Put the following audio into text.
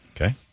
Okay